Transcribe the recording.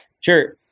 sure